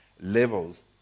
levels